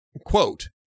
quote